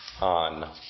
on